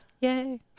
Yay